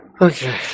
Okay